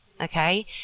okay